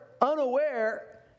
unaware